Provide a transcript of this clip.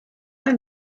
are